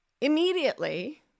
Immediately